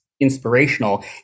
inspirational